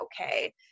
okay